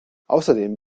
außerdem